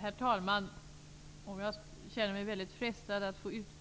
Herr talman! Jag känner mig mycket frestad att